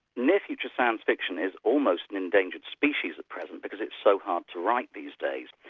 message of science fiction is almost an endangered species at present because it's so hard to write these days.